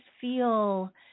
feel